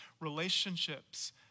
relationships